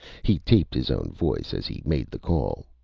he taped his own voice as he made the call.